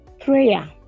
prayer